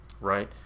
Right